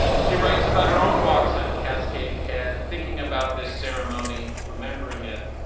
she writes about her own walks on cascade head. thinking about this ceremony, remembering it,